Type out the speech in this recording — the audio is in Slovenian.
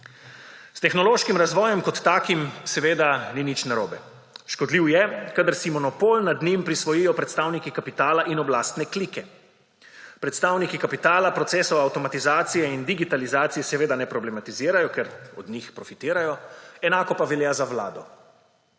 S tehnološkim razvojem kot takim seveda ni nič narobe. Škodljiv je, kadar si monopol nad njim prisvojijo predstavniki kapitala in oblastne klike. Predstavniki kapitala procesov avtomatizacije in digitalizacije seveda ne problematizirajo, ker od njih profitirajo, enako pa velja za Vlado,